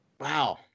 Wow